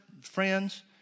friends